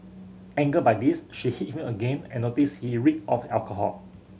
angered by this she hit him again and noticed he reeked of alcohol